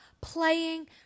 playing